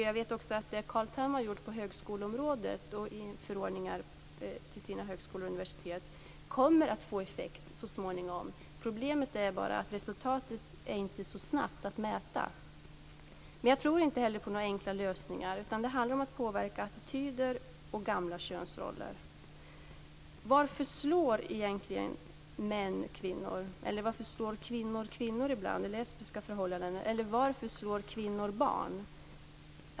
Jag vet också att det Carl Tham har gjort på högskoleområdet i förordningar till högskolor och universitet kommer att få effekt så småningom. Problemet är bara att resultatet inte kan mätas så snabbt. Jag tror inte heller på några enkla lösningar. Det handlar om att påverka attityder och gamla könsroller. Varför slår egentligen män kvinnor? Eller varför slår kvinnor i lesbiska förhållanden ibland kvinnor? Eller varför slår kvinnor barn?